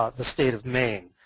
ah the state of maine.